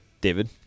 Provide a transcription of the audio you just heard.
David